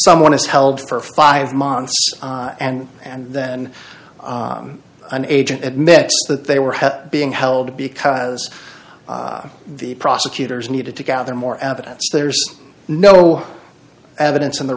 someone is held for five months and and then an agent admit that they were had being held because the prosecutors needed to gather more evidence there's no evidence in the